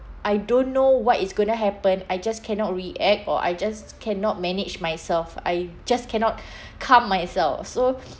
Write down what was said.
I don't know what is going to happen I just cannot react or I just cannot manage myself I just cannot calm myself so